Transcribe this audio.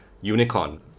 unicorn